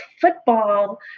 football